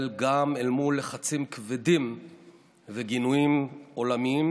גם מול לחצים כבדים וגינויים עולמיים